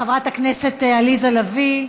חברת הכנסת עליזה לביא,